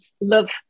love